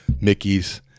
Mickey's